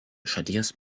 šalies